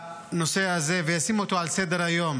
לנושא הזה וישים אותו על סדר-היום.